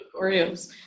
Oreos